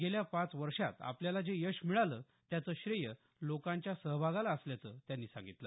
गेल्या पाच वर्षात आपल्याला जे यश मिळालं त्याचं श्रेय लोकांच्या सहभागाला असल्याचं त्यांनी सांगितलं